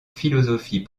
philosophie